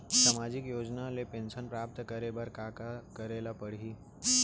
सामाजिक योजना ले पेंशन प्राप्त करे बर का का करे ल पड़ही?